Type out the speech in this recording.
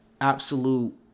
absolute